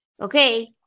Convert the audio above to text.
Okay